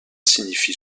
signifie